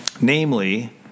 Namely